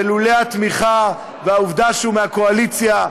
ולולא התמיכה והעובדה שהוא מהקואליציה,